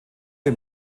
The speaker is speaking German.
wie